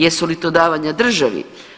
Jesu li to davanja državi?